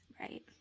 Right